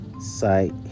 sight